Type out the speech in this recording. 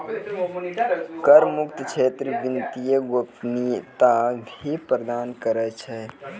कर मुक्त क्षेत्र वित्तीय गोपनीयता भी प्रदान करै छै